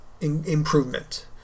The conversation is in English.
improvement